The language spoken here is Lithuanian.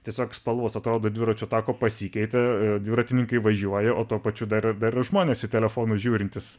tiesiog spalvos atrodo dviračių tako pasikeitė dviratininkai važiuoja o tuo pačiu dar dar žmonės telefonu žiūrintys